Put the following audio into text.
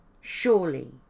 surely